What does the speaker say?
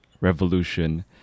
revolution